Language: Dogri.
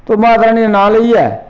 ते माता रानी दा नांऽ लेइयै